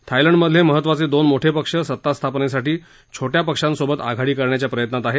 थायलंडमधले महत्वाचे दोन मोठे पक्ष सत्तास्थापनेसाठी छोट्या पक्षांबरोबर आघाडी करण्याच्या प्रयत्नात आहेत